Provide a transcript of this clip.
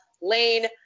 Lane